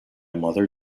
mother